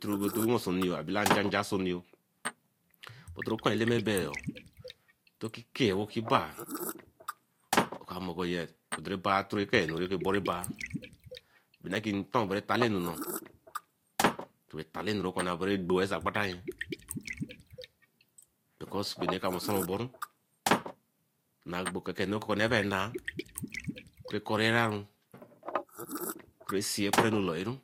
Teru wen senuye, a baila nja nja senuye. Otoro okun eleme bey oo to-okeke oo toki bai oka mor kor yes oderay bai tore kei anu ray burry bai. Nnekinton berre talley nor bai talley ekunne berre gbee so ekpataye because bay anu ray ka wasun-oboru nah boke ekene ebbru nah rah corre-raru rah see poronu lauru